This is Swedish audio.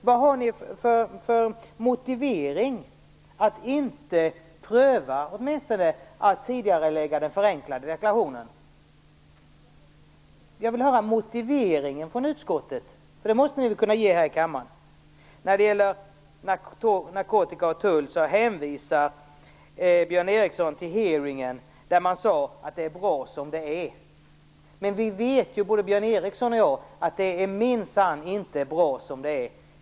Vad har den för motivering till att inte åtminstone pröva att tidigarelägga den förenklade deklarationen? Jag vill höra motiveringen från utskottet. Den måste man väl kunna ge här i kammaren. När det gäller narkotika och tull hänvisar Björn Ericson till hearingen där man sade att det är bra som det är. Men vi vet ju, både Björn Ericson och jag, att det minsann inte är bra som det är.